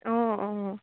অঁ অঁ